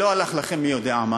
לא הלך לכם מי יודע מה.